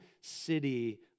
city